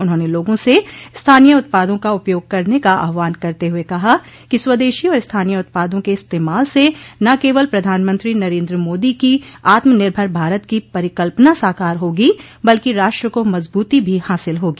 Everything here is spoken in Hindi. उन्होंने लोगों से स्थानीय उत्पादों का उपयोग करने का आह्वान करते हुए कहा कि स्वदेशी और स्थानीय उत्पादों के इस्तेमाल से न केवल प्रधानमंत्री नरेन्द्र मोदी का आत्मनिर्भर भारत की परिकल्पना साकार होगो बल्कि राष्ट्र को मजबूती भी हासिल होगी